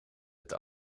het